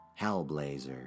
Hellblazer